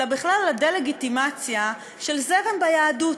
אלא בכלל הדה-לגיטימציה של זרם ביהדות,